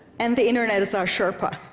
and the internet is our sherpa.